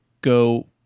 go